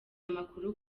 amakuru